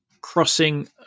crossing